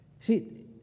See